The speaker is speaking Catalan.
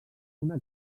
una